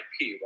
ip